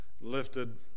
lifted